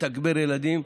לתגבר ילדים,